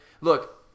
Look